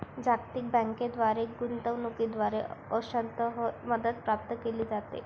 जागतिक बँकेद्वारे गुंतवणूकीद्वारे अंशतः मदत प्राप्त केली जाते